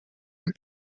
and